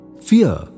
Fear